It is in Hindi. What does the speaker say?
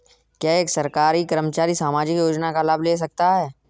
क्या एक सरकारी कर्मचारी सामाजिक योजना का लाभ ले सकता है?